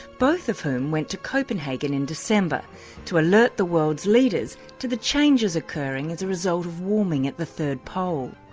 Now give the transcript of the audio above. both of whom went to copenhagen in december to alert the world's leaders to the changes occurring as a result of warming at the third pole.